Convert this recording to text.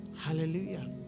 Hallelujah